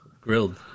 Grilled